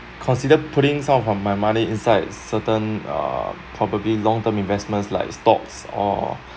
consider putting some from my money inside certain uh probably long term investments like stocks or